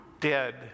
dead